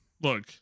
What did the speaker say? look